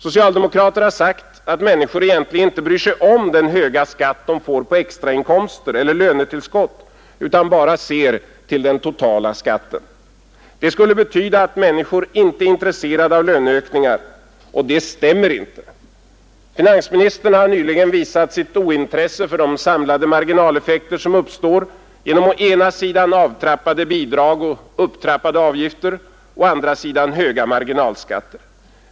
Socialdemokraterna har sagt att människor egentligen inte bryr sig om den höga skatt de får på extrainkomster eller lönetillskott utan bara ser till den totala skatten. Det skulle betyda att människor inte är intresserade av löneökningar, och det stämmer inte. Finansministern har nyligen visat sitt ointresse för de samlade marginaleffekter som uppstår genom å ena sidan avtrappade bidrag och upptrappade avgifter, å andra sidan höga marginalskatter.